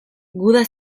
guda